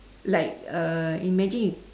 like uh imagine you